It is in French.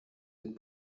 êtes